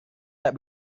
tak